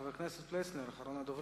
חבר הכנסת יוחנן פלסנר, אחרון הדוברים.